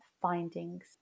findings